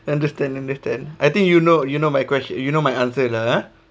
understand understand I think you know you know my question you know my answer lah ah